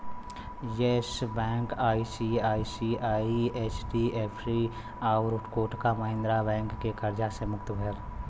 yes bank ICICI, HDFC आउर Kotak Mahindra bank के कर्जा से मुक्त भयल